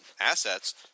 assets